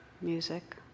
music